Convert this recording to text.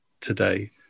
today